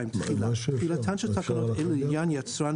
תחילה 2. תחילתן של תקנות אלה לעניין יצרן